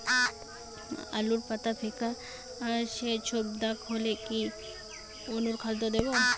আলুর পাতা ফেকাসে ছোপদাগ হলে কি অনুখাদ্য দেবো?